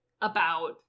about-